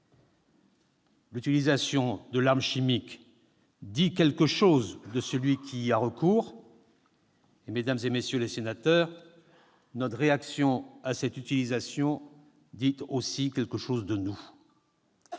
L'utilisation de l'arme chimique dit quelque chose de celui qui y a recours. Mesdames, messieurs les sénateurs, notre réaction à cette utilisation dit aussi quelque chose de nous.